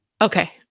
Okay